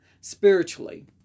spiritually